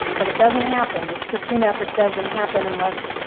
but it doesn't happen, the supreme effort doesn't happen unless